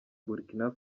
burkina